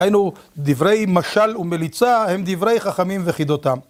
היינו דברי משל ומליצה, הם דברי חכמים וחידותם.